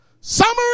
Summary